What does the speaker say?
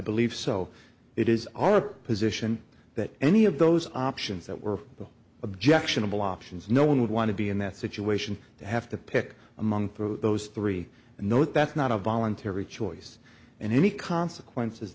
believe so it is our position that any of those options that were the objectionable options no one would want to be in that situation to have to pick among for those three and not that's not a voluntary choice and any consequences